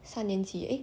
三年级 eh